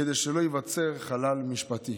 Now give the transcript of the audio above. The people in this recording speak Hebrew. כדי שלא ייווצר חלל משפטי.